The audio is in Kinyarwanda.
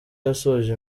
yasoje